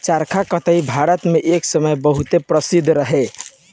चरखा कताई भारत मे एक समय बहुत प्रसिद्ध रहे